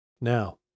Now